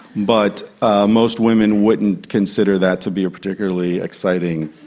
but ah most women wouldn't consider that to be a particularly exciting